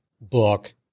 book